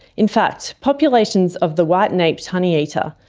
in fact, populations of the white-naped honeyeater,